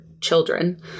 children